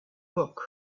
book